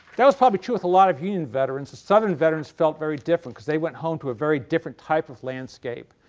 that was probably true with a lot of union veterans. southern veterans probably felt very different because they went home to a very different type of landscape.